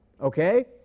okay